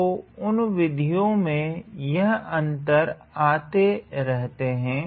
तो उन विधियो में यह अँतर आते रहते है